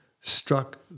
struck